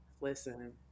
Listen